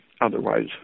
otherwise